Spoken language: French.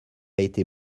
été